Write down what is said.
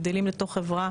גדלים לתוך חברה